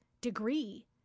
degree